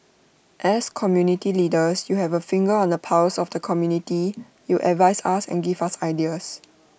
as community leaders you have A finger on the pulse of the community you advise us and give us ideas